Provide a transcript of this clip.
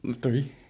Three